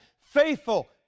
Faithful